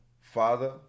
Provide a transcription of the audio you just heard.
father